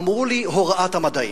אמרו לי: הוראת המדעים,